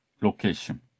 location